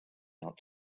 out